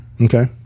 Okay